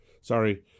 Sorry